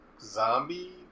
zombie